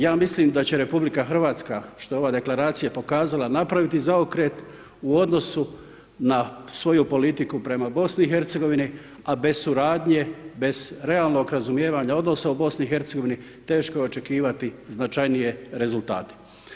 Ja mislim da će RH, što je ova Deklaracija pokazala, napraviti zaokret u odnosu na svoju politiku prema BiH, a bez suradnje, bez realnog razumijevanja odnosa u BiH, teško je očekivati značajnije rezultate.